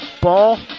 ball